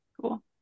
Cool